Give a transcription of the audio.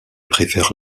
préfère